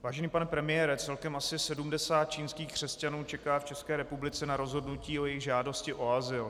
Vážený pane premiére, celkem asi 70 čínských křesťanů čeká v České republice na rozhodnutí o jejich žádosti o azyl.